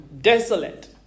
desolate